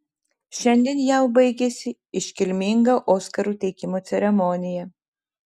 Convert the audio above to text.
šiandien jav baigėsi iškilminga oskarų teikimo ceremonija